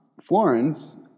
Florence